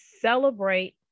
celebrate